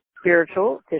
spiritual